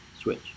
switch